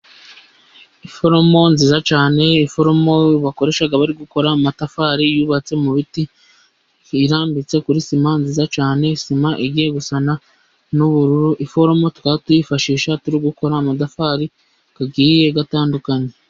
Iforomo nziza cyane iforomo bakoresha bari gukora amatafari, yubatse mu biti irambitse kuri sima nziza cyane, sima igiye gusa n'ubururu iforomo tukaba tuyifashisha turi gukora amatafari agiye atandukanye.